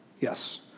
Yes